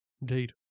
Indeed